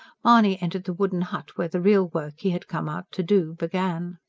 mahony entered the wooden hut where the real work he had come out to do began.